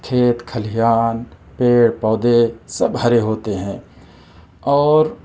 کھیت کھلیان پیڑ پودے سب ہرے ہوتے ہیں اور